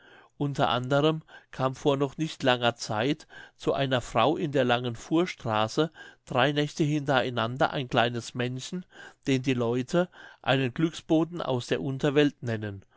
unter anderem kam vor noch nicht langer zeit zu einer frau in der langen fuhrstraße drei nächte hintereinander ein kleines männchen den die leute einen glücksboten aus der unterwelt nennen